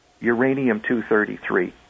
uranium-233